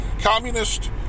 communist